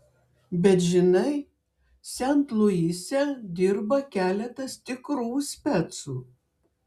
bet žinai sent luise dirba keletas tikrų specų